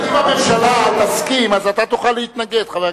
אם הממשלה תסכים, אתה תוכל להתנגד, חבר הכנסת.